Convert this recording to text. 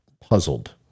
puzzled